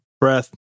breath